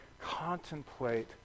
contemplate